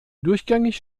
durchgängig